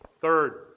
Third